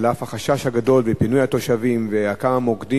על אף החשש הגדול ופינוי התושבים והכמה-מוקדים